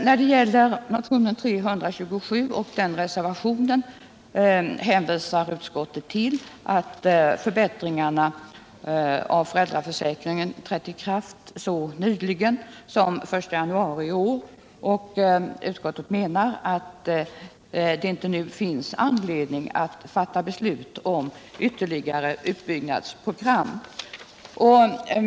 När det gäller motionen 327 hänvisar utskottet till att förbättringar av föräldraförsäkringen trätt i kraft så pass nyligen som den 1 januari i år och menar att det inte nu finns anledning att fatta beslut om ytterligare utbyggnadsprogram.